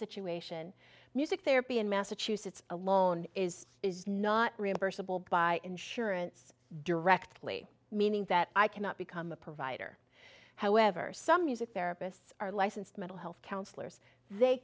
situation music therapy in massachusetts alone is not reimbursable by insurance directly meaning that i cannot become the provider however some music therapists are licensed mental health counselors they